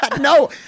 no